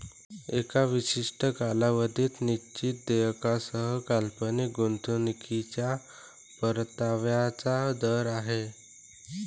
एका विशिष्ट कालावधीत निश्चित देयकासह काल्पनिक गुंतवणूकीच्या परताव्याचा दर आहे